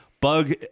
Bug